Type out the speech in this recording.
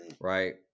right